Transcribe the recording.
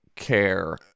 care